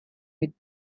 with